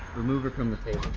remove her from the